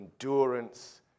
endurance